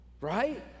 right